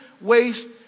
waste